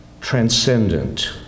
transcendent